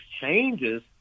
changes